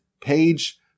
page